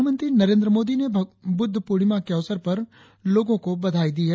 प्रधानमंत्री नरेंद्र मोदी ने बुद्ध प्रर्णिमा के अवसर पर लोगों को बधाई दी है